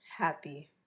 happy